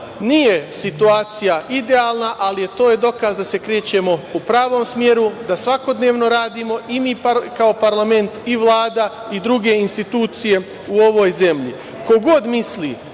nije situacija idealna, to je dokaz da se krećemo u pravom smeru, da svakodnevno radimo i mi kao parlament i Vlada i druge institucije u ovoj zemlji. Ko